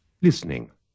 Listening